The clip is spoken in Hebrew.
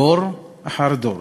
דור אחר דור,